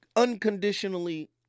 unconditionally